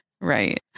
Right